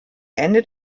ende